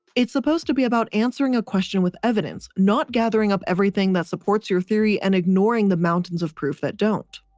it's supposed to be about answering a question with evidence not gathering up everything that supports your theory and ignoring the mountains of proof that don't.